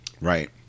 Right